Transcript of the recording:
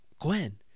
Gwen